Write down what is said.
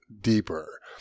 deeper